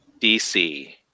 dc